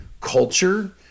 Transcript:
culture